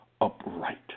upright